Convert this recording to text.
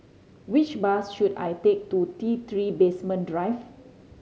which bus should I take to T Three Basement Drive